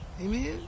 Amen